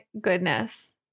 goodness